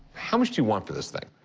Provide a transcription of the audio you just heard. how much do you want for this thing?